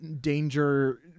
danger